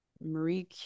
Marie